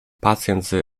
pacjent